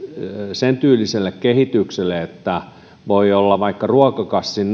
sentyyliselle kehitykselle että voi olla vaikka ruokakassin